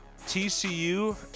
TCU